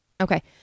Okay